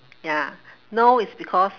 ya no is because